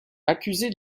accusé